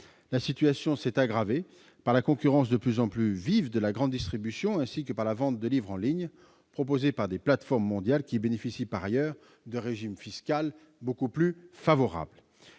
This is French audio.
La situation s'est aggravée par la concurrence de plus en plus vive de la grande distribution ainsi que par la vente de livres en ligne proposée par des plateformes mondiales, qui bénéficient par ailleurs d'un régime fiscal beaucoup plus favorable.